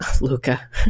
Luca